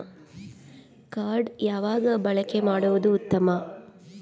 Card ಯಾವಾಗ ಬಳಕೆ ಮಾಡುವುದು ಉತ್ತಮ?